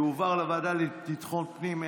יועבר לוועדה לביטחון הפנים.